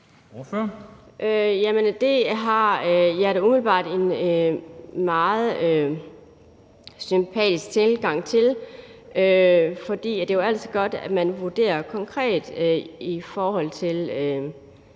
Det synes jeg da umiddelbart er en meget sympatisk tilgang, for det er jo altid godt, at man vurderer det konkret, i forhold til